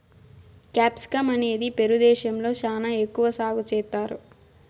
capsicum అనేది Peru దేశంలో శ్యానా ఎక్కువ సాగు చేత్తారు